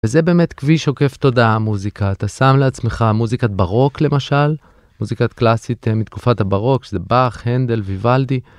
וזה באמת כביש עוקף תודעה המוזיקה, אתה שם לעצמך מוזיקת בארוק למשל, מוזיקת קלאסית מתקופת הבארוק, שזה באך, הנדל, ויוולדי.